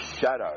shadow